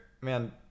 man